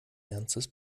ernstes